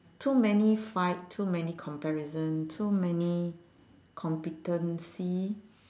too many fight too many comparison too many competency